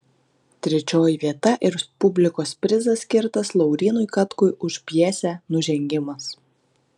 trečioji vieta ir publikos prizas skirtas laurynui katkui už pjesę nužengimas